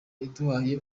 iduhaye